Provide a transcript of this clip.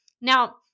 Now